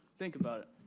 think about